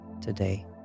today